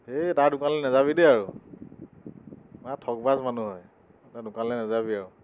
সেই তাৰ দোকানলে নেযাবি দেই আৰু মহা ঠগ বাজ মানুহ হয় তাৰ দোকানলে নেযাবি আৰু